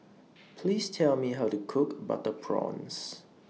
Please Tell Me How to Cook Butter Prawns